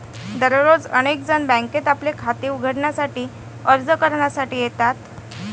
दररोज अनेक जण बँकेत आपले खाते उघडण्यासाठी अर्ज करण्यासाठी येतात